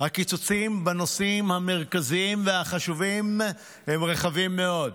הקיצוצים בנושאים המרכזיים והחשובים הם רחבים מאוד.